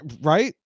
Right